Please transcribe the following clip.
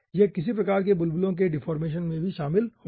यह किसी प्रकार के बुलबुलों के डिफॉर्मेशन में भी शामिल होगा